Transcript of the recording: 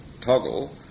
toggle